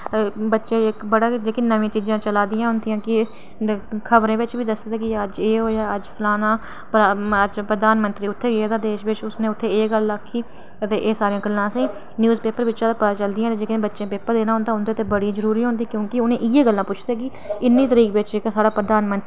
बच्चे बड़ा गै जेह्कियां नमियां चीज़ां चला दियां होंदियां न खबरें बिच बी दसदे न अज्ज एह् होआ अज्ज फलाना प्रधानमंत्री उत्थै गेदा हा देश बिच उ'नें एह् गल्ल आक्खी ते एह् सारी गल्लां असेंगी न्यूज़ पेपर परा गै पता चलदियां न जेह्कियां तां उंदे तै बड़ी जरूरी होंदी क्योंकि उ'नेंगी इ'यै गल्लां पुच्छदे कि इन्नी तरीक बिच जेह्का साढ़ा प्रधानमंत्री